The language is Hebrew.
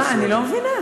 מה, אני לא מבינה.